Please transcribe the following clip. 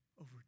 over